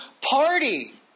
party